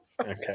Okay